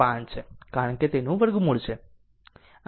5 છે કારણ કે તેનું વર્ગમૂળ છે